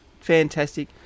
fantastic